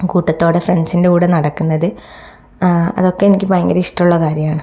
കൂട്ടത്തോടെ ഫ്രണ്ട്സിൻ്റെ കൂടെ നടക്കുന്നത് അതൊക്കെ എനിക്ക് ഭയങ്കര ഇഷ്ടമുള്ള കാര്യമാണ്